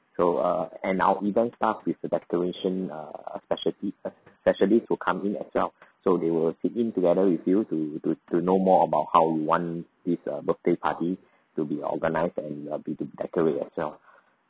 so uh and our event staff with the decoration err specialty uh specialist to come in as well so they will sit in together with you to to to know more about how you want this uh birthday party to be organised and uh be decorate yourself